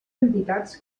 entitats